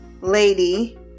lady